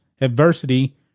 adversity